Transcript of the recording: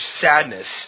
sadness